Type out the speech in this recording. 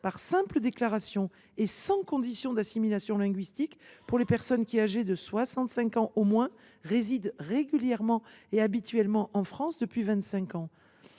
par simple déclaration et sans condition d’assimilation linguistique pour « les personnes qui, âgées de soixante cinq ans au moins, résident régulièrement et habituellement en France depuis au